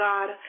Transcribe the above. God